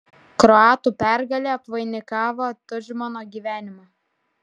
kroatų pergalė apvainikavo tudžmano gyvenimą